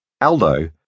Aldo